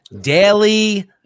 daily